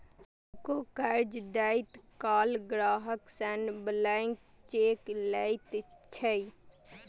बैंको कर्ज दैत काल ग्राहक सं ब्लैंक चेक लैत छै